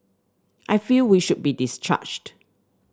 I feel we should be discharged